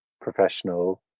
professional